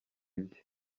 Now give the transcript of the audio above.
ibye